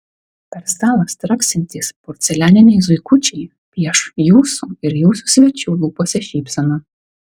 per stalą straksintys porcelianiniai zuikučiai pieš jūsų ir jūsų svečių lūpose šypseną